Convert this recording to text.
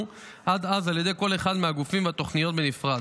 עד אז על ידי כל אחד מהגופים והתוכניות בנפרד.